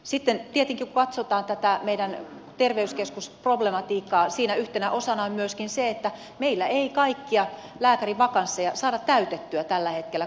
sitten tietenkin kun katsotaan tätä meidän terveyskeskusproblematiikkaa siinä yhtenä osana on myöskin se että meillä ei kaikkia lääkärin vakansseja saada täytettyä tällä hetkellä kunnissa